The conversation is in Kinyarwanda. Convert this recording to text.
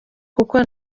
kuko